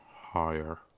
higher